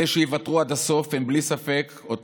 אלה שייוותרו עד הסוף הם ללא ספק אותו